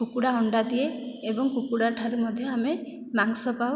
କୁକୁଡ଼ା ଅଣ୍ଡା ଦିଏ ଏବଂ କୁକୁଡ଼ାଠାରୁ ମଧ୍ୟ ଆମେ ମାଂସ ପାଉ